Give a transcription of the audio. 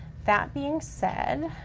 that being said,